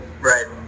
Right